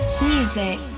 Music